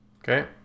Okay